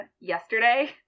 yesterday